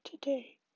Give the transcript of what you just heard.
today